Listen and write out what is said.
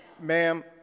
Ma'am